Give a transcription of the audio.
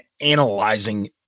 analyzing